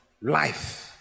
Life